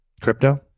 Crypto